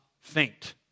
faint